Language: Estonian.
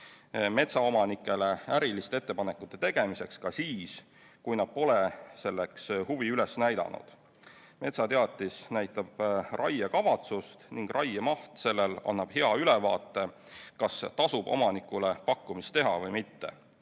metsaomanikele võimaluse äriliste ettepanekute tegemiseks ka siis, kui nad pole selleks huvi üles näidanud. Metsateatis näitab raiekavatsust ning raiemaht sellel annab hea ülevaate, kas tasub omanikule pakkumist teha või mitte.